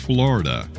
Florida